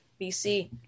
BC